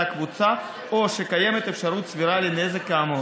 הקבוצה או שקיימת אפשרות סבירה לנזק כאמור.